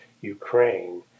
Ukraine